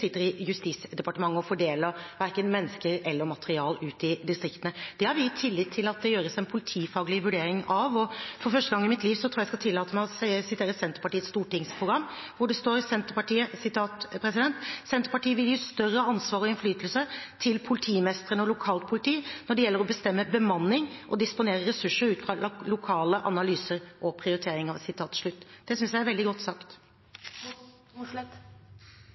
tillit til at det gjøres en politifaglig vurdering av. For første gang i mitt liv tror jeg at jeg skal tillate meg å sitere Senterpartiets prinsipp- og handlingsprogram, hvor det står: «Senterpartiet vil gi større ansvar og innflytelse til politimestrene og lokalt politi når det gjelder å bestemme bemanning og disponere ressurser ut fra lokale analyser og prioriteringer.» Det synes jeg er veldig godt sagt.